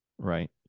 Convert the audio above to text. Right